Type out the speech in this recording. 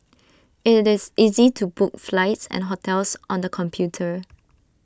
IT this easy to book flights and hotels on the computer